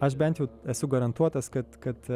aš bent jau esu garantuotas kad kad